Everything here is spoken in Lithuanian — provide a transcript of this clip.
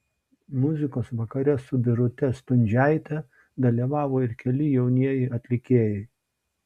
muzikos vakare su birute stundžiaite dalyvavo ir keli jaunieji atlikėjai